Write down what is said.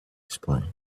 explain